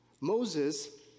Moses